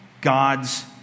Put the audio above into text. God's